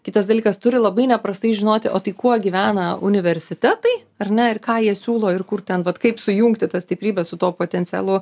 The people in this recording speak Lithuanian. kitas dalykas turi labai neprastai žinoti o tai kuo gyvena universitetai ar ne ir ką jie siūlo ir kur ten vat kaip sujungti tas stiprybes su tuo potencialu